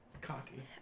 cocky